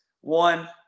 One